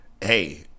hey